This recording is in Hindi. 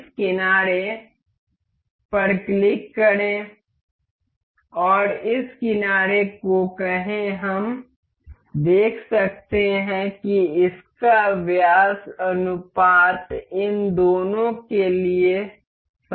इस किनारे पर क्लिक करें और इस किनारे को कहें हम देख सकते हैं कि इसका व्यास अनुपात इन दोनों के लिए समान है